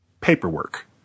paperwork